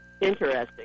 Interesting